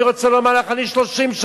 אני רוצה לומר לך, אני 30 שנה,